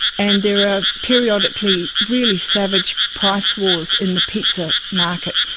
and there are periodically really savage price wars in the pizza market.